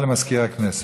אין מתנגדים.